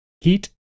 Heat